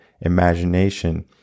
imagination